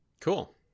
Cool